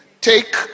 take